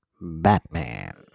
Batman